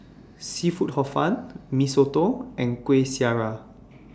Seafood Hor Fun Mee Soto and Kueh Syara